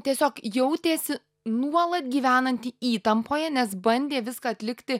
tiesiog jautėsi nuolat gyvenanti įtampoje nes bandė viską atlikti